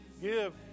give